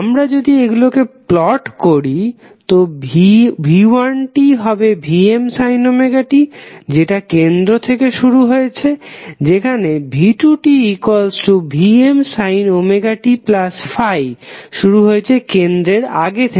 আমরা যদি এগুলিকে প্লট করি তো v1t হবে Vmωt যেটা কেন্দ্র থেকে শুরু হয়েছে যেখানে v2tVmωt∅ শুরু হয়েছে কেন্দ্রের আগে থেকে